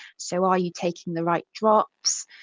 so, are you taking the right drops,